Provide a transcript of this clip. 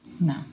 No